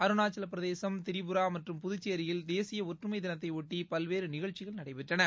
அருணாசலப்பிரதேசம் திரிபுரா மற்றும் புதுச்சேரியில் தேசியஒற்றுமைதினத்தையொட்டிபல்வேறுநிகழ்ச்சிகள் நடைபெற்றன